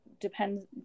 depends